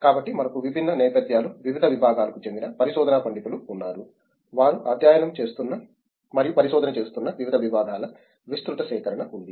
కాబట్టి మనకు విభిన్న నేపథ్యాలు వివిధ విభాగాలకు చెందిన పరిశోధనా పండితులు ఉన్నారు వారు అధ్యయనం చేస్తున్న మరియు పరిశోధన చేస్తున్న వివిధ విభాగాల విస్తృత సేకరణ ఉంది